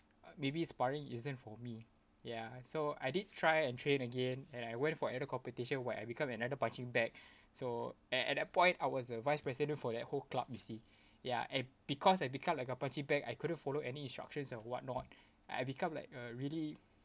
maybe sparring isn't for me ya so I did try and train again and I went for other competition where I become another punching bag so a~ at that point I was the vice president for that whole club you see ya and because I become like a punching bag I couldn't follow any instructions and whatnot I become like a really